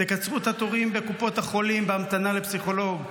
תקצרו את התורים בקופות החולים בהמתנה לפסיכולוג.